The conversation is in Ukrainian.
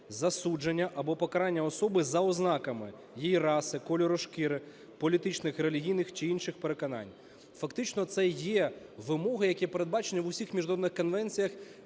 засудження або покарання особи за ознаками її раси, кольору шкіри політичних, релігійних чи інших переконань". Фактично, це є вимоги, які передбачені в усіх міжнародних конвенціях,